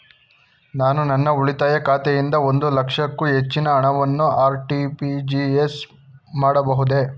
ನಾನು ನನ್ನ ಉಳಿತಾಯ ಖಾತೆಯಿಂದ ಒಂದು ಲಕ್ಷಕ್ಕೂ ಹೆಚ್ಚಿನ ಹಣವನ್ನು ಆರ್.ಟಿ.ಜಿ.ಎಸ್ ಮಾಡಬಹುದೇ?